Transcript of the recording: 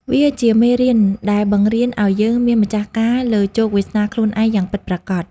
វាជាមេរៀនដែលបង្រៀនឱ្យយើងមានម្ចាស់ការលើជោគវាសនាខ្លួនឯងយ៉ាងពិតប្រាកដ។